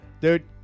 Dude